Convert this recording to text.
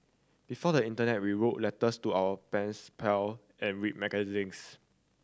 before the Internet we wrote letters to our pens pal and read magazines